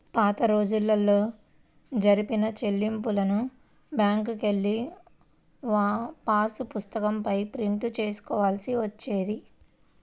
పాతరోజుల్లో జరిపిన చెల్లింపులను బ్యేంకుకెళ్ళి పాసుపుస్తకం పైన ప్రింట్ చేసుకోవాల్సి వచ్చేది